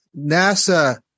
NASA